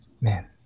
man